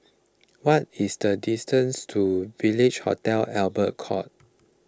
what is the distance to Village Hotel Albert Court